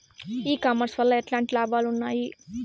ఈ కామర్స్ వల్ల ఎట్లాంటి లాభాలు ఉన్నాయి?